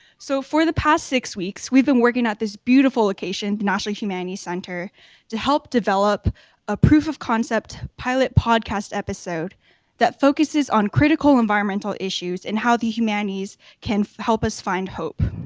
so for the past six weeks, we've been working at this beautiful location the national humanities center to help develop a proof of concept pilot podcast episode that focuses on critical environmental issues and how the humanities can help us find hope.